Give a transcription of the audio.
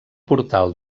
portal